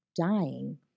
dying